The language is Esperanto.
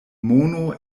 mono